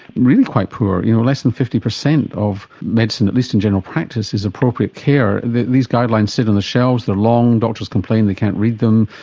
really quite poor, you know less than fifty percent of medicine, at least in general practice, is appropriate care. these guidelines sit on the shelves, they're long, doctors complain they can't read them,